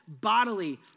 bodily